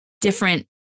different